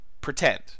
pretend